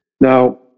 Now